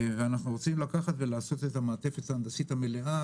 אנחנו רוצים לעשות את המעטפת ההנדסית המלאה,